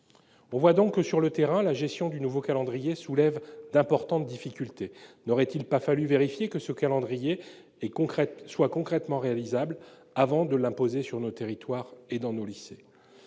On voit que, sur le terrain, la gestion du nouveau calendrier soulève d'importantes difficultés. N'aurait-il pas fallu vérifier que ce calendrier est concrètement tenable avant de l'imposer sur nos territoires et à nos lycées ?